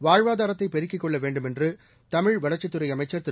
வாழ்வாதாரத்தை பெருக்கிக் கொள்ள வேண்டும் என்று தமிழ் வளர்ச்சித் துறை அமைச்சர் திரு